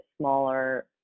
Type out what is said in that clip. smaller